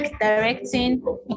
directing